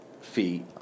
fee